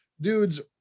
dudes